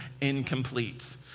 incomplete